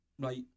Right